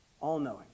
all-knowing